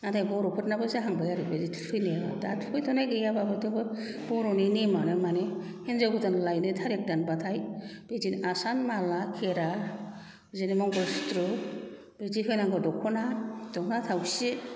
नाथाय बर'फोरनाबो जाहांबाय आरो बिदि थुखैनाया दा थुखैथ'नाय गैयाबाबो थेवबो बर'नि नेमानो मानि हिनजाव गोदान लायनो थारिक दानबाथाय बिदिनो आसान माला खेरा बिदिनो मंगल सुथ्र बिदि होनांगौ दख'ना दख'ना थावसि